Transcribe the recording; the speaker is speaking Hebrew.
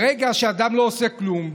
ברגע שאדם לא עושה כלום,